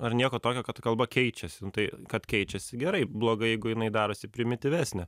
ar nieko tokio kad kalba keičiasi nu tai kad keičiasi gerai blogai jeigu jinai darosi primityvesnė